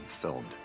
filmed